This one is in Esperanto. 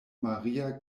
maria